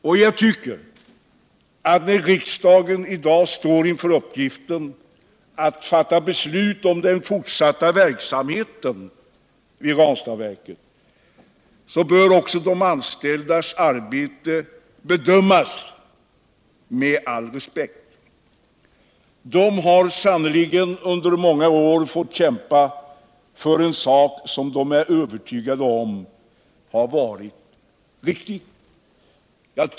I dag — när riksdagen står inför uppgiften att fatta beslut om den fortsatta verksamheten vid Ranstadsverket — bör också de anställdas arbete bedömas med all respekt. De har sannerligen under många år fått kämpa för en sak som de är övertygade om har varit riktig.